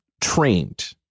trained